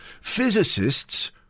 physicists